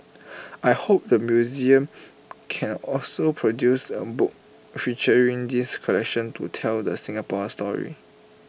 I hope the museum can also produce A book featuring this collection to tell the Singapore story